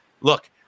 Look